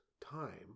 time